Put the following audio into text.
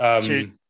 two